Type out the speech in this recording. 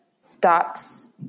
stops